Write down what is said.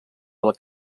del